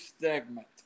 segment